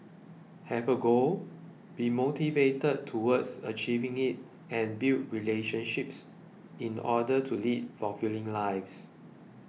have a goal be motivated towards achieving it and build relationships in order to lead fulfilling lives